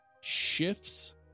shifts